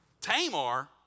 Tamar